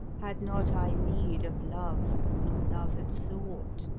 had not i need of love nor love had sought,